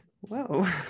whoa